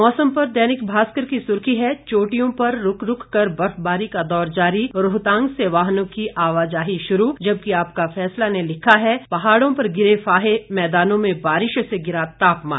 मौसम पर दैनिक भास्कर की सुर्खी है चोटियों पर रूक रूक कर बर्फबारी का दौर जारी रोहतांग से वाहनों की आवाजाही शुरू जबकि आपका फैसला ने लिखा है पहाड़ों पर गिरे फाहे मैदानों में बारिश से गिरा तापमान